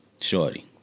Shorty